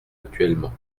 actuellement